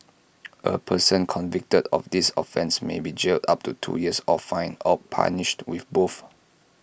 A person convicted of this offence may be jailed up to two years or fined or punished with both